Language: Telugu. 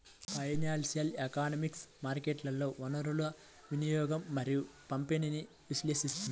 ఫైనాన్షియల్ ఎకనామిక్స్ మార్కెట్లలో వనరుల వినియోగం మరియు పంపిణీని విశ్లేషిస్తుంది